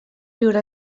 viure